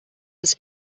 was